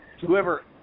whoever